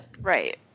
Right